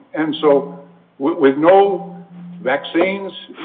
and so with no vaccines.